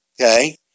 Okay